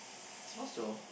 suppose so